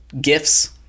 gifts